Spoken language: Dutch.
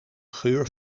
geur